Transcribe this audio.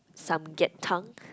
Samgyetang